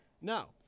Now